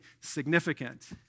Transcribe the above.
significant